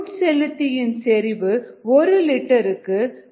உட்செலுத்தி இன் செறிவு ஒரு லிட்டருக்கு 0